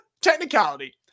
technicality